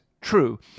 true